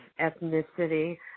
ethnicity